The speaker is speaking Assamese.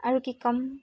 আৰু কি কম